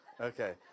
Okay